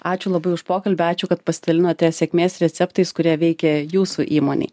ačiū labai už pokalbį ačiū kad pasidalinote sėkmės receptais kurie veikia jūsų įmonėj